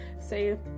say